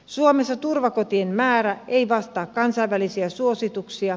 suomessa turvakotien määrä ei vastaa kansainvälisiä suosituksia